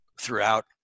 throughout